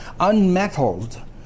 unmetalled